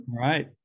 Right